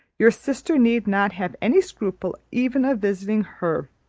your sister need not have any scruple even of visiting her,